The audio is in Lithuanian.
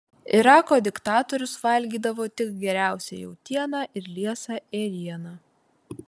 irako diktatorius valgydavo tik geriausią jautieną ir liesą ėrieną